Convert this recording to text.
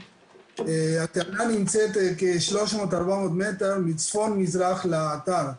נמצאת כ-300-400 מטר מצפון מזרח לאתר.